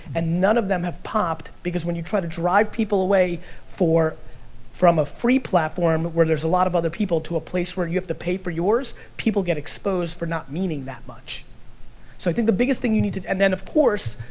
and none of them have popped because when you try to drive people away from a free platform where there's a lot of other people to a place where you have to play for yours, people get exposed for not meaning that much. so i think the biggest thing you need to, and then of course,